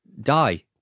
die